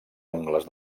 ungles